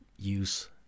use